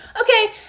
Okay